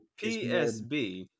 PSB